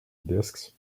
disks